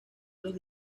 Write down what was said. los